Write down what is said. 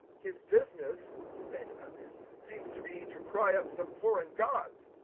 his business, said others, seems to be to cry up some foreign gods.